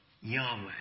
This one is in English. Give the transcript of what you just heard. Yahweh